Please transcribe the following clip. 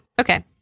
Okay